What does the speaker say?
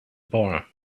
bar